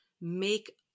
make